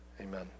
Amen